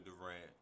Durant